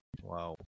Wow